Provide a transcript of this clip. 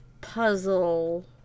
Puzzle